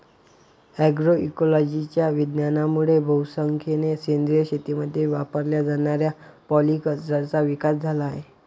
अग्रोइकोलॉजीच्या विज्ञानामुळे बहुसंख्येने सेंद्रिय शेतीमध्ये वापरल्या जाणाऱ्या पॉलीकल्चरचा विकास झाला आहे